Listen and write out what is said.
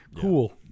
Cool